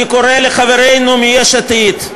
אני קורא לחברינו מיש עתיד,